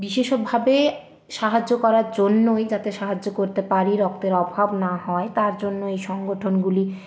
বিশেষভাবে সাহায্য করার জন্যই যাতে সাহায্য করতে পারি রক্তের অভাব না হয় তার জন্য এই সংগঠনগুলি